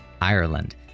ireland